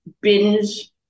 binge